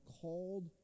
called